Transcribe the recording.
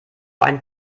einen